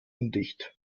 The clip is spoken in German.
undicht